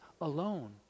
alone